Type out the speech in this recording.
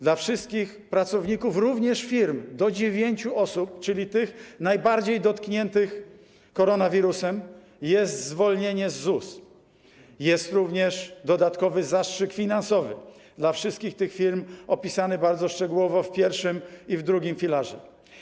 Dla wszystkich pracowników, również firm do dziewięciu osób, czyli tych najbardziej dotkniętych koronawirusem, jest zwolnienie z ZUS, jest również dodatkowy zastrzyk finansowy dla wszystkich tych firm, opisany bardzo szczegółowo w I i w II filarze.